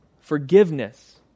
forgiveness